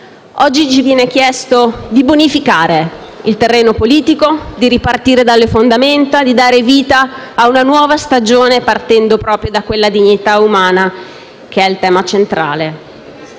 Oggi ci viene chiesto di bonificare il terreno politico, di ripartire dalle fondamenta, di dare vita a una nuova stagione, partendo proprio da quella dignità umana che è il tema centrale.